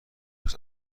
فرصت